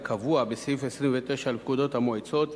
הקבוע בסעיף 29 לפקודת המועצות,